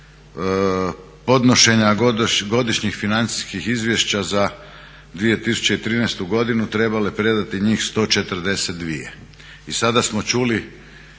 podnošenja godišnjih financijskih izvješća za 2013. godinu trebale predati njih 142.